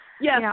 yes